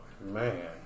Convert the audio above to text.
man